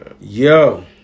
Yo